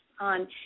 on